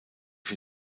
für